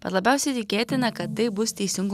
bet labiausiai tikėtina kad tai bus teisingu